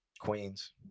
Queens